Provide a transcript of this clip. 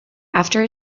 after